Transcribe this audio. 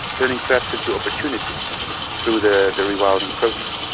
turning threats into opportunities through the the rewilding process.